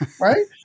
right